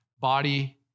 Body